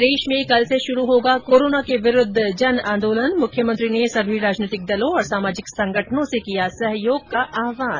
प्रदेश में कल से शुरू होगा कोरोना के विरूद्व जन आंदोलन मुख्यमंत्री ने सभी राजनैतिक दलों और सामाजिक संगठनों से किया सहयोग का आहवान